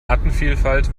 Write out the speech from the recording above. artenvielfalt